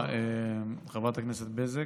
תודה, חברת הכנסת בזק.